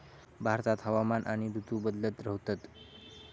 भारतात हवामान आणि ऋतू बदलत रव्हतत